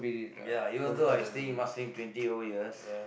ya even though I staying in Marsiling twenty over years